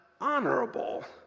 honorable